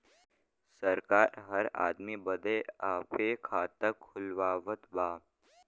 सरकार हर आदमी बदे आपे खाता खुलवावत बा